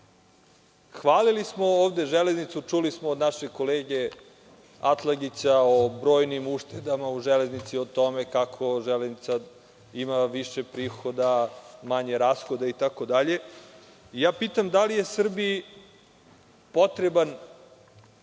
smo ovde Železnicu, čuli smo od našeg kolege Atlagića o brojnim uštedama u Železnici, o tome kako Železnica ima više prihoda, manje rashoda itd. Pitam da li je Srbiji potrebna